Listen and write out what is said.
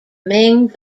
ming